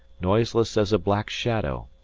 noiseless as a black shadow,